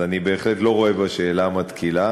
אז אני בהחלט לא רואה בה שאלה מתקילה.